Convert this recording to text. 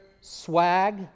swag